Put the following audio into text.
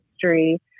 history